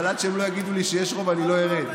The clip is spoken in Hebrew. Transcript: אבל עד שהם לא יגידו לי שיש רוב, אני לא ארד.